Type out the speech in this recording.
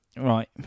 right